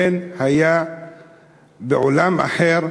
הבן היה בעולם אחר,